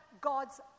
God's